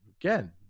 again